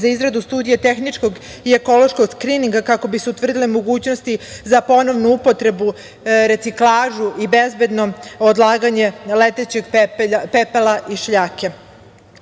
za izradu studije tehničkog i ekološkog skrininga kako bi se utvrdile mogućnosti za ponovnu upotrebu reciklaže i bezbednom odlaganje letećeg pepela i šljake. Ono